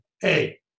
hey